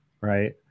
right